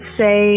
say